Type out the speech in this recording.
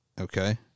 okay